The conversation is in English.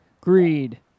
Greed